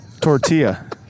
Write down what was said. tortilla